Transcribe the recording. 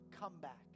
comeback